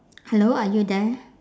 hello are you there